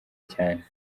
cyane